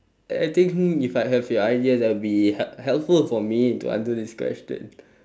I think if I have your ideas that would be help helpful for me to answer this question